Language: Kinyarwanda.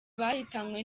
bahitanwe